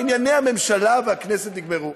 ענייני הממשלה והכנסת נגמרו.